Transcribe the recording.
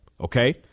Okay